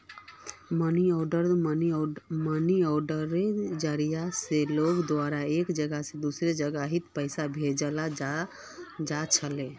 money आर्डरेर जरिया स लोगेर द्वारा एक जगह स दूसरा जगहत पैसा भेजाल जा छिले